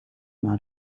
naar